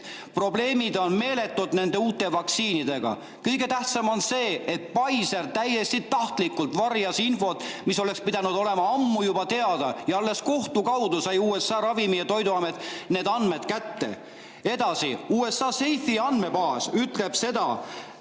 probleemid on meeletud nende uute vaktsiinidega. Kõige tähtsam on see, et Pfizer täiesti tahtlikult varjas infot, mis oleks pidanud juba ammu teada olema. Alles kohtu kaudu sai USA ravimi‑ ja toiduamet need andmed kätte. Edasi, USA andmebaas [V-Safe]